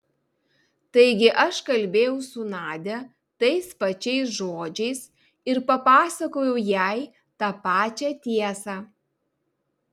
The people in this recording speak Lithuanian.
taigi aš kalbėjau su nadia tais pačiais žodžiais ir papasakojau jai tą pačią tiesą